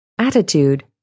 Attitude